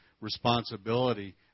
responsibility